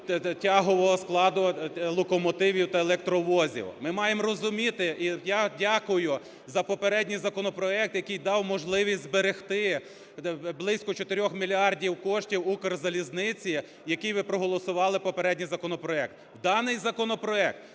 тягового складу локомотивів та електровозів. Ми маємо розуміти, і я дякую за попередній законопроект, який дав можливість зберегти близько 4 мільярдів коштів "Укрзалізниці", який ви проголосували попередній законопроект. Даний законопроект